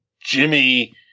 Jimmy